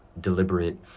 deliberate